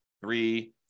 three